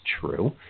true